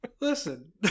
Listen